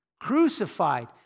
crucified